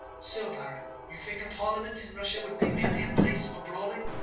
so, baron, you think a parliament in russia would be merely a place for brawling.